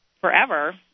forever